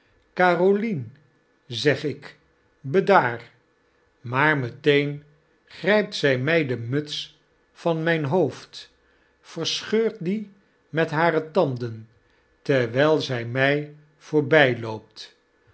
carolien zeg ik bedaar maar meteen grijpt zy my de muts van myn hoofd verscheurt die met hare tanden terwijl zy mij